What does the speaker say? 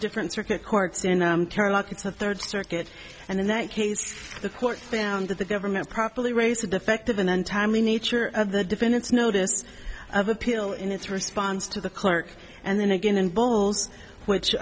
different circuit courts and it's the third circuit and in that case the court found that the government properly raised the defective an untimely nature of the defendant's notice of appeal in its response to the clerk and then again and bulls which